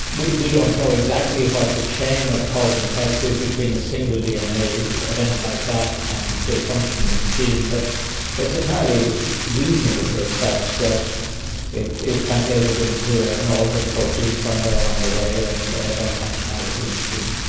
we we don't know exactly what the chain of cause and effect is between a single dna event like that and the functioning of the gene, but it's entirely reasonable to expect that it is translated into an altered protein somewhere along the way and less functionality in the gene.